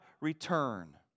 return